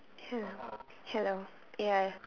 hello hello ya